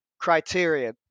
criteria